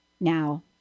now